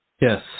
Yes